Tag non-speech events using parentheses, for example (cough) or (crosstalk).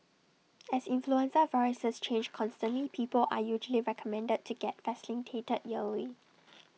as influenza viruses change (noise) constantly people are usually recommended to get vaccinated yearly (noise)